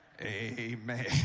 Amen